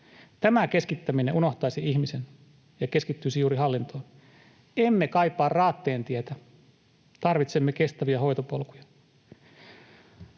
Tämä keskittäminen unohtaisi ihmisen ja keskittyisi juuri hallintoon. Emme kaipaa raatteentietä. Tarvitsemme kestäviä hoitopolkuja.